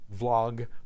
vlog